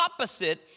opposite